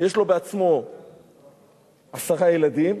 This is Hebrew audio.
יש לו בעצמו עשרה ילדים,